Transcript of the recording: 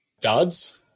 duds